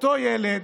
אותו ילד,